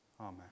Amen